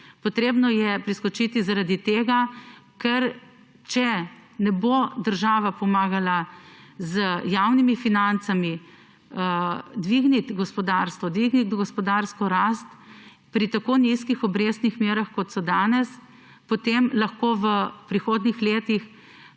Potrebno je priskočiti zaradi tega, ker če ne bo država pomagala z javnimi financami dvigniti gospodarstva, dvigniti gospodarske rasti pri tako nizkih obrestnih merah, kot so danes, potem bomo lahko v prihodnjih letih